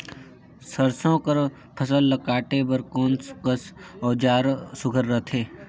सरसो कर फसल ला काटे बर कोन कस औजार हर सुघ्घर रथे?